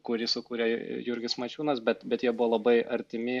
kurį sukūrė jurgis mačiūnas bet bet jie buvo labai artimi